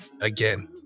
Again